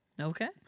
Okay